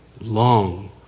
long